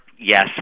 yes